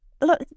look